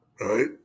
right